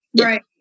Right